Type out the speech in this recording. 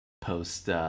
post